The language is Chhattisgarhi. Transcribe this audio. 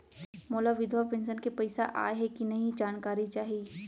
मोला विधवा पेंशन के पइसा आय हे कि नई जानकारी चाही?